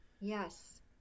yes